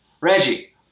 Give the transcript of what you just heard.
Reggie